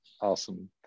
awesome